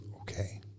Okay